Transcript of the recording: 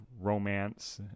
romance